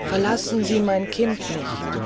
sie verlassen mein kind nicht